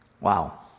Wow